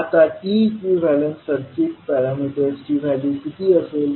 आता T equivalent circuit पॅरामीटर्सची value किती असेल